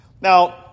Now